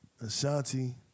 Ashanti